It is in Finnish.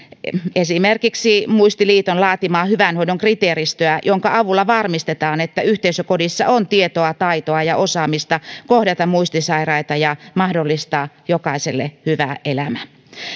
esimerkiksi muistiliiton laatimaa hyvän hoidon kriteeristöä jonka avulla varmistetaan että yhteisökodissa on tietoa taitoa ja osaamista kohdata muistisairaita ja mahdollistaa jokaiselle hyvä elämä